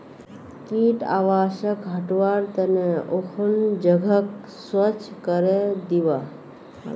कीट आवासक हटव्वार त न उखन जगहक स्वच्छ करे दीबा